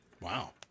Wow